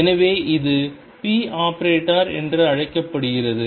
எனவே இது ⟨p⟩ என்றும் அழைக்கப்படுகிறது